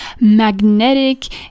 magnetic